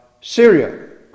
Syria